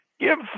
give